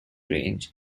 range